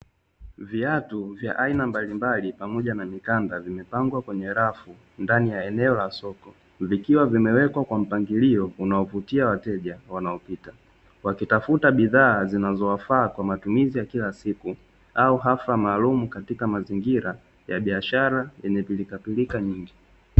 Viatu vya aina mbalimbali pamoja na mikanda vimepangwa kwenye rafu, ndani ya eneo la soko vikiwa katika mpangilio unaovutia wateja, wanaopita wakitafuta bidhaa zinazowafaa kwa matumizi ya kila siku au hafla maalumu katika mazingira ya biashara yenye pirika nyingi.